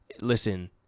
listen